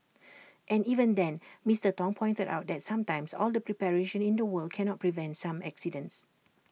and even then Mister Tong pointed out that sometimes all the preparation in the world cannot prevent some accidents